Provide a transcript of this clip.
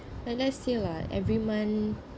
and let's say lah every month